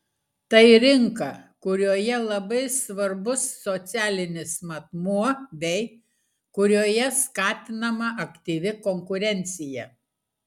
tai rinka kurioje labai svarbus socialinis matmuo bei kurioje skatinama aktyvi konkurencija